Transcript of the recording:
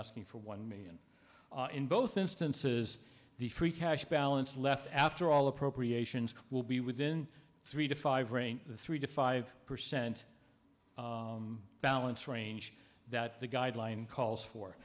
asking for one million in both instances the free cash balance left after all appropriations will be within three to five range three to five percent balance range that the guideline calls for